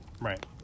Right